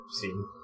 seen